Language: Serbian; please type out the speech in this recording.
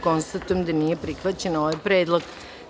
Konstatujem da nije prihvaćen ovaj predlog.